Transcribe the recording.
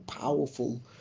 powerful